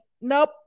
nope